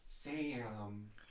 Sam